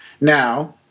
Now